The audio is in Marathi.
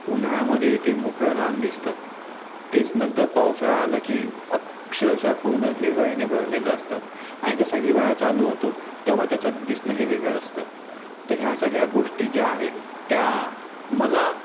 उन्हाळ्यामध्ये इथे मोकळं रान दिसतं तेच नंतर पावसाळा आला की अक्षरशः पूर्ण हिरवळीने भरलेलं असतं आणि जसा हिवाळा चालू होतो तेव्हा त्याचं दिसणं हे वेगळं असतं तर ह्या सगळ्या गोष्टी ज्या आहेत त्या मला